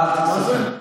מה זה?